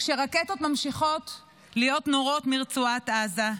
כשרקטות ממשיכות להיות נורות מרצועת עזה,